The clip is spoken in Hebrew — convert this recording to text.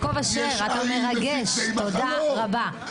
תודה רבה.